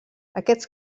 aquests